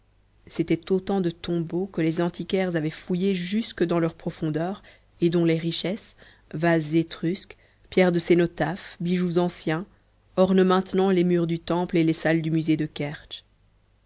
c'étaient autant de tombeaux que les antiquaires avaient fouillés jusque dans leurs profondeurs et dont les richesses vases étrusques pierres de cénotaphes bijoux anciens ornent maintenant les murs du temple et les salles du musée de